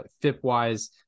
FIP-wise